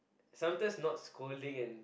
sometimes not scolding and